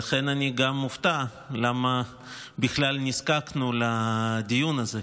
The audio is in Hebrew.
לכן אני גם מופתע למה בכלל נזקקנו לדיון הזה,